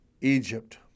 Egypt